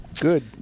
good